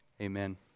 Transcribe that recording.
Amen